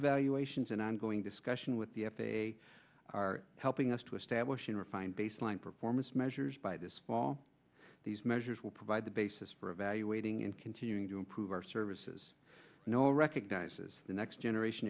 evaluations an ongoing discussion with the f a a are helping us to establishing refined baseline performance measures by this fall these measures will provide the basis for evaluating and continuing to improve our services no recognizes the next generation